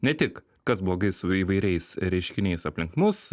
ne tik kas blogai su įvairiais reiškiniais aplink mus